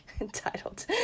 entitled